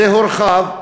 הוא הורחב.